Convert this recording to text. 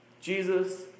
Jesus